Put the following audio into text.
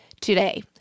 today